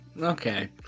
Okay